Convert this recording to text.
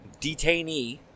detainee